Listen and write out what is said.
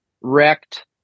wrecked